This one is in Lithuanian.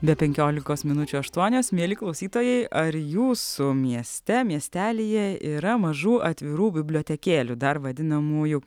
be penkiolikos minučių aštuonios mieli klausytojai ar jūsų mieste miestelyje yra mažų atvirų bibliotekėlių dar vadinamųjų